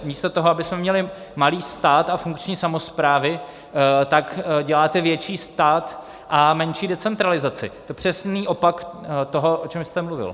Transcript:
Místo toho, abychom měli malý stát a funkční samosprávy, tak děláte větší stát a menší decentralizaci, přesný opak toho, o čem jste mluvil.